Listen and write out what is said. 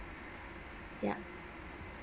yup